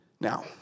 Now